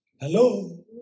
Hello